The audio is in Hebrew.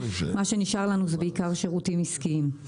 ומה שנשאר לנו זה בעיקר שירותים עסקיים.